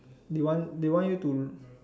they want they want you to